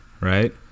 right